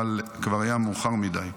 אבל כבר היה מאוחר מדי,